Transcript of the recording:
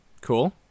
cool